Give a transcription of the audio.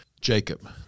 Jacob